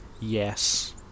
Yes